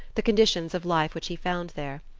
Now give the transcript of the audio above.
the conditions of life which he found there.